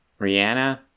Rihanna